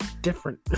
different